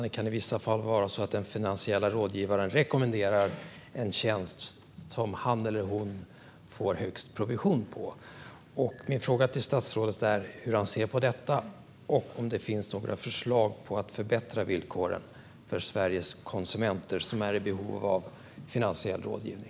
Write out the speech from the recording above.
Det kan i vissa fall vara så att den finansiella rådgivaren rekommenderar den tjänst som han eller hon får högst provision på. Min fråga till statsrådet är hur han ser på detta och om det finns några förslag på att förbättra villkoren för konsumenter i Sverige som är i behov av finansiell rådgivning.